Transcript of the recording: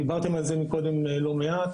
דיברתם על זה קודם לא מעט,